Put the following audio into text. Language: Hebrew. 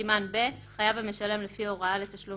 "סימן ב': חייב המשלם לפי הוראה לתשלום